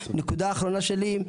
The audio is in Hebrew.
נקודה אחרונה שלי,